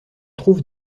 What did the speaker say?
trouve